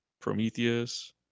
prometheus